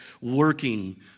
working